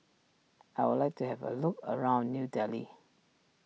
I would like to have a look around New Delhi